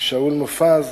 שאול מופז,